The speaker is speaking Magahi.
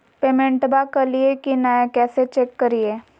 पेमेंटबा कलिए की नय, कैसे चेक करिए?